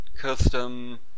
custom